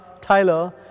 Tyler